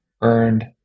earned